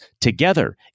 together